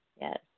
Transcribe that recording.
Yes